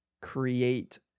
create